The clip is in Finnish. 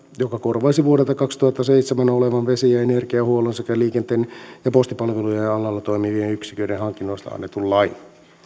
joka korvaisi vuodelta kaksituhattaseitsemän olevan vesi ja ja energiahuollon sekä liikenteen ja postipalvelujen alalla toimivien yksiköiden hankinnoista annetun lain